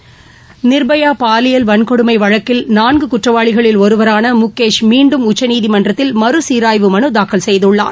நிர்பாய பாலியல் வள்கொடுமை வழக்கில் நான்கு குற்றவாளிகளில் ஒருவரான முகேஷ் மீண்டும் உச்சநீதிமன்றத்தில் மறு சீராய்வு மனு தாக்கல செய்துள்ளார்